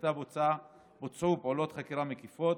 ובמסגרתה בוצעו פעולות חקירה מקיפות.